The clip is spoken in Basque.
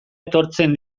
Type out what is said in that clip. etortzen